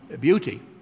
beauty